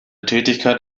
tätigkeit